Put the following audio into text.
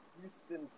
Houston